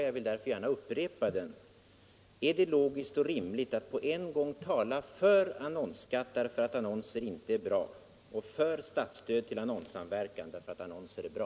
Jag vill därför gärna upprepa den: Är det logiskt och rimligt att på en gång tala för annonsskatt därför att annonser inte är bra och för statsstöd till annonssamverkan därför att annonser är bra?